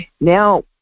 now